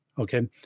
Okay